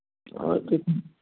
হয়তো কি